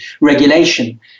regulation